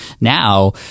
now